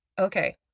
Okay